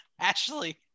Ashley